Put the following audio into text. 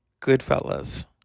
Goodfellas